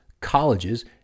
colleges